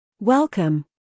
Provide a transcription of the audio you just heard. welcome